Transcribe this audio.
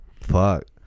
Fuck